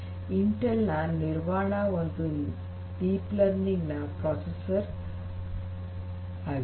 Intel ನ Nervana ಒಂದು deep learning ನ ಪ್ರೊಸೆಸರ್ ಆಗಿದೆ